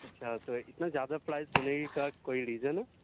اچھا تو اتنا زیادہ پڑائس ہونے کا کوئی ڑیزن ہے